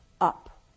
up